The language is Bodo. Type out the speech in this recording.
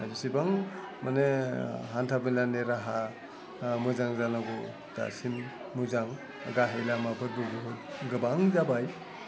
जेसेबां माने हान्था मेलानि राहा मोजां जानांगौ दासिम मोजां गाहाय लामाफोरबो गोबां जाबाय